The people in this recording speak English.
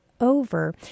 over